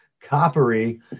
coppery